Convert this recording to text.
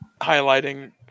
highlighting